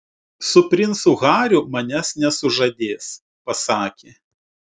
su princu hariu manęs nesužadės pasakė